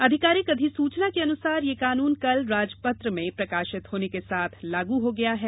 आधिकारिक अधिसूचना के अनुसार यह कानून कल राजपत्र में प्रकाशित होने के साथ लागू हो गया है